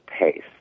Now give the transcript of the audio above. pace